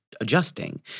adjusting